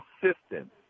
consistent